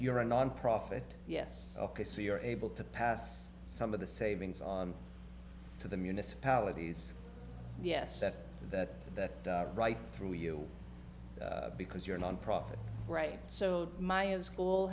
you're a nonprofit yes ok so you're able to pass some of the savings on to the municipalities yes that that that right through you because you're nonprofit right so my old school